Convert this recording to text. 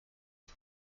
phd